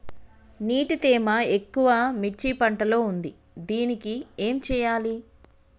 నీటి తేమ ఎక్కువ మిర్చి పంట లో ఉంది దీనికి ఏం చేయాలి?